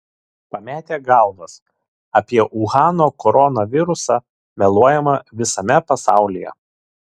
pametę galvas apie uhano koronavirusą meluojama visame pasaulyje